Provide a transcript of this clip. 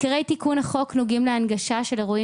עיקרי תיקון החוק נוגעים להנגשה של אירועים